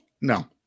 No